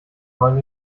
wollen